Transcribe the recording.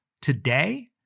today